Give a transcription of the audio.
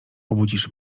obudzisz